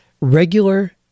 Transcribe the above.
regular